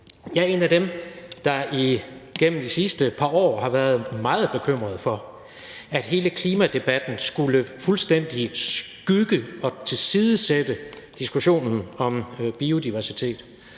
Jeg er en af dem, der igennem de sidste par år har været meget bekymret for, at hele klimadebatten fuldstændig skulle overskygge og tilsidesætte diskussionen om biodiversitet.